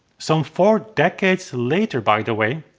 some four decades later by the way,